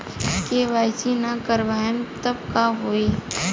KYC ना करवाएम तब का होई?